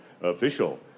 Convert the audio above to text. official